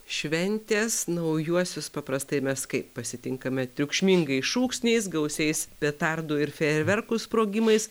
šventės naujuosius paprastai mes kaip pasitinkame triukšmingais šūksniais gausiais petardų ir fejerverkų sprogimais